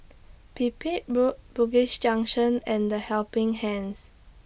Pipit Road Bugis Junction and The Helping Hand